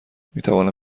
میتوانم